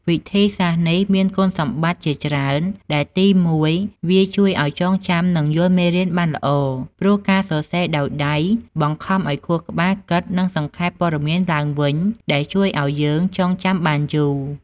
វិធីសាស្ត្រនេះមាន គុណសម្បត្តិ ជាច្រើនដែលទីមួយ វាជួយឲ្យចងចាំនិងយល់មេរៀនបានល្អ ព្រោះការសរសេរដោយដៃបង្ខំឲ្យខួរក្បាលគិតនិងសង្ខេបព័ត៌មានឡើងវិញ ដែលជួយឲ្យយើងចងចាំបានយូរ។។